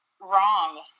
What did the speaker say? wrong